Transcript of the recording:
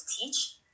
teach